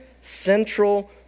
central